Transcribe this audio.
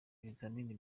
bizamini